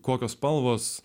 kokios spalvos